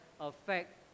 affect